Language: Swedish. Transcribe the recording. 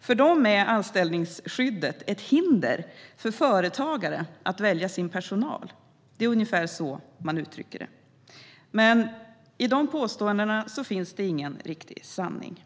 För dem är anställningsskyddet ett hinder för företagare att välja sin personal. Det är ungefär så man uttrycker det. Men i de påståendena finns det ingen riktig sanning.